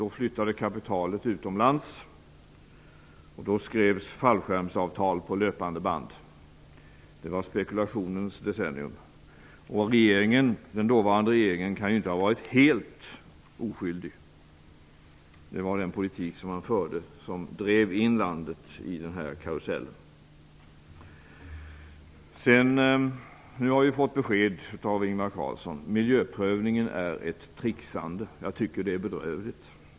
Då flyttades kapitalet utomlands och då skrevs fallskärmsavtal på löpande band. Det var spekulationens decennium. Den dåvarande regeringen kan inte ha varit helt oskyldig. Det var den politik som man förde som drev in landet i den här karusellen. Nu har vi fått besked av Ingvar Carlsson. Miljöprövningen är ett tricksande. Jag tycker det är bedrövligt.